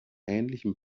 ähnlichem